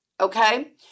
okay